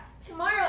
tomorrow